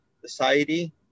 society